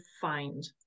find